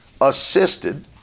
assisted